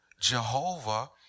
Jehovah